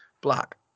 black